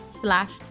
slash